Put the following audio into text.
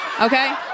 Okay